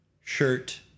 shirt